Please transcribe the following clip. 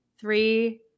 three